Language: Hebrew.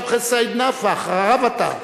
חבר הכנסת, עכשיו סעיד נפאע, ואחריו אתה.